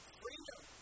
freedom